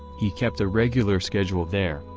he kept a regular schedule there,